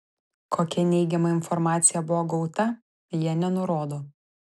kokia neigiama informacija buvo gauta jie nenurodo